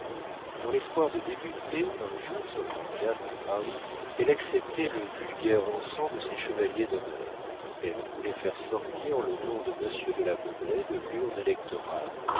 dans l'espoir de débuter un jour sur le grand théâtre de paris elle acceptait le vulgaire encens de ses chevaliers d'honneur elle voulait faire sortir le nom de monsieur de la baudraye de l'urne électorale